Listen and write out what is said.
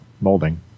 molding